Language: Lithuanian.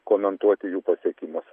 komentuoti jų pasiekimus